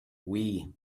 wii